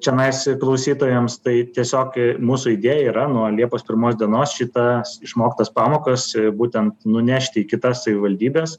čianais klausytojams tai tiesiog mūsų idėja yra nuo liepos pirmos dienos šitas išmoktas pamokas būtent nunešti į kitas savivaldybes